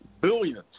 billions